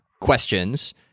questions